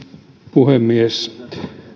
puhemies